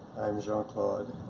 i'm jean claude.